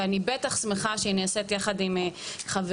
ואני בטח שמחה שהיא נעשית ביחד עם חברי,